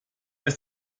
ist